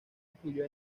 incluyó